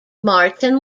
martin